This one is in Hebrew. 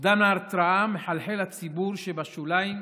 אובדן ההתרעה מחלחל לציבור שבשוליים,